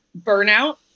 burnout